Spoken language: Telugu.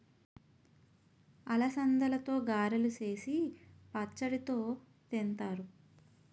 అలసందలతో గారెలు సేసి పచ్చడితో తింతారు